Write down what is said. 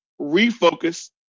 refocus